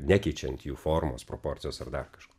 nekeičiant jų formos proporcijos ar dar kažko